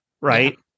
right